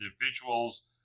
individuals